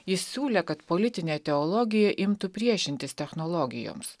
jis siūlė kad politinė teologija imtų priešintis technologijoms